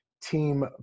team